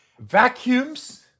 vacuums